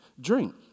drink